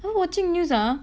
I watching news ah